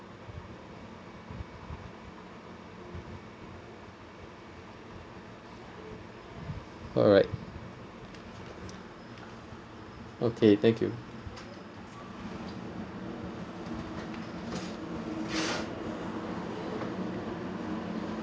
alright okay thank you